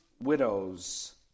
Widows